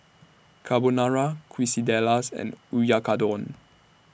Carbonara Quesadillas and Oyakodon